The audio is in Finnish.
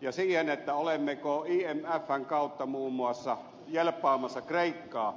ja siihen olemmeko imfn kautta muun muassa jelppaamassa kreikkaa